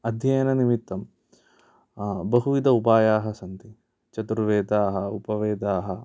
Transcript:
अध्ययननिमित्तं बहुविध उपायाः सन्ति चतुर्वेदाः उपवेदाः